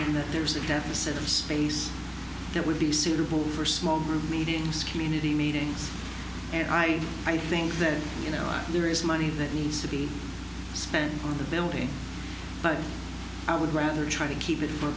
and that there's a cap set of space that would be suitable for small group meetings community meetings and i i think that you know there is money that needs to be spent on the family but i would rather try to keep it for a